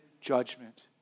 judgment